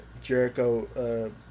Jericho